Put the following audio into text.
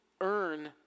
earn